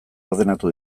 ordenatu